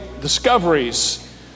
discoveries